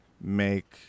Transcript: make